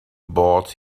board